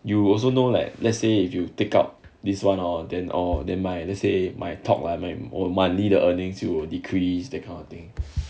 you also know like let's say if you take up this one out or then or then or let's say my talk lah my 我 monthly the earnings 就有 decrease that kind of thing